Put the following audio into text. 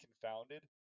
confounded